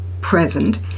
present